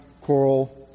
coral